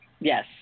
Yes